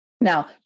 Now